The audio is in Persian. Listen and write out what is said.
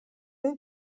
این